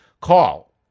Call